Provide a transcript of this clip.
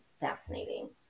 fascinating